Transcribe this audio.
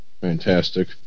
fantastic